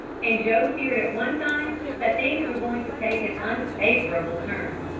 and joe feared at one time that things were going to take an unfavourable turn.